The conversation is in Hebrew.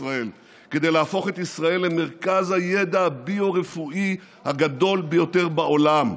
ישראל כדי להפוך את ישראל למרכז הידע הביו-רפואי הגדול ביותר בעולם.